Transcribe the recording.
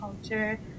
culture